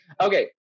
okay